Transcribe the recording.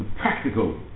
practical